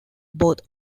both